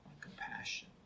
compassion